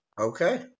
Okay